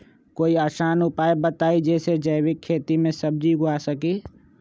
कोई आसान उपाय बताइ जे से जैविक खेती में सब्जी उगा सकीं?